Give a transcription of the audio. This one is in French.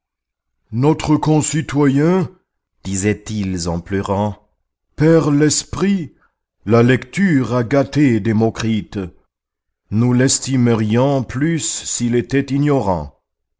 notre concitoyen disaient-ils en pleurant perd l'esprit la lecture a gâté démocrite nous l'estimerions plus s'il était ignorant